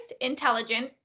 intelligent